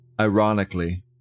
Ironically